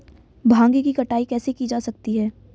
भांग की कटाई कैसे की जा सकती है?